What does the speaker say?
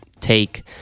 take